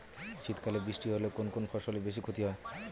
শীত কালে বৃষ্টি হলে কোন কোন ফসলের বেশি ক্ষতি হয়?